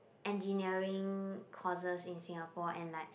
engineering courses in Singapore and like